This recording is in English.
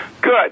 Good